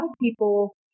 people